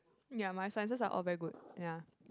ya my sciences are all very good ya